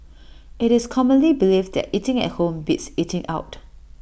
IT is commonly believed that eating at home beats eating out